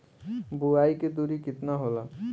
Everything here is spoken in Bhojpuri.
बुआई के दुरी केतना होला?